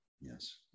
Yes